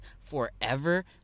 forever